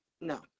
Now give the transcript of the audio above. no